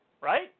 right